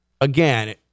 again